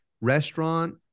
restaurant